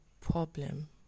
problem